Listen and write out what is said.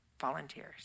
volunteers